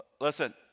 Listen